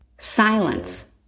silence